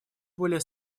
более